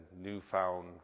newfound